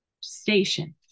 station